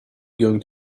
going